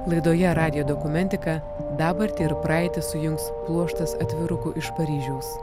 laidoje radijo dokumentika dabartį ir praeitį sujungs pluoštas atvirukų iš paryžiaus